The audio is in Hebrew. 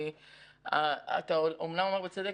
אתה אומנם אומר בצדק,